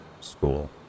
school